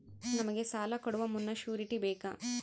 ನಮಗೆ ಸಾಲ ಕೊಡುವ ಮುನ್ನ ಶ್ಯೂರುಟಿ ಬೇಕಾ?